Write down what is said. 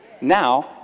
Now